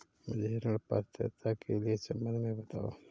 मुझे ऋण पात्रता के सम्बन्ध में बताओ?